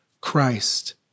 Christ